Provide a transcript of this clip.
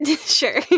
Sure